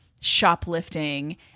shoplifting